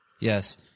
Yes